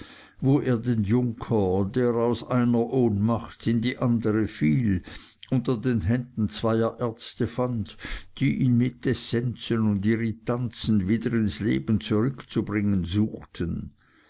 wo er den junker der aus einer ohnmacht in die andere fiel unter den händen zweier ärzte fand die ihn mit essenzen und irritanzen wieder ins leben zurückzubringen suchten